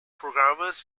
programmers